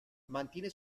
mantiene